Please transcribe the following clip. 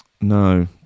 No